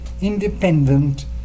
independent